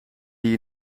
die